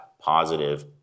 positive